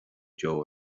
joe